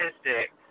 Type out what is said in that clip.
statistic